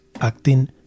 Acting